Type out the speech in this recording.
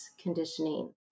conditioning